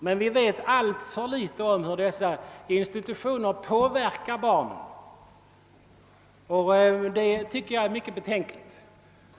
Men vi vet alltför litet om hur dessa institutioner påverkar barnen. Det tycker jag är mycket betänkligt.